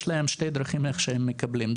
יש שני דרכים איך שהם מקבלים,